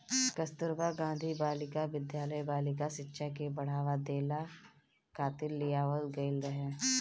कस्तूरबा गांधी बालिका विद्यालय बालिका शिक्षा के बढ़ावा देहला खातिर लियावल गईल रहे